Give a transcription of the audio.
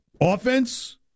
offense